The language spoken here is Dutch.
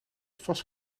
vast